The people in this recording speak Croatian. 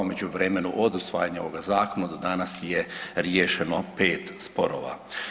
U međuvremenu od osvajanja ovoga zakona do danas je riješeno 5 sporova.